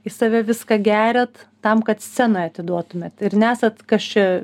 į save viską geriat tam kad scenoj atiduotumėt ir nesat kas čia